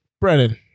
Brennan